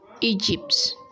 Egypt